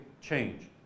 change